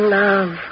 love